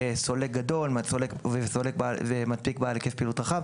סולק גדול ומנפיק בעל היקף פעילות רחב.